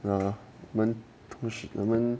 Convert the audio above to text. ya man 同时人们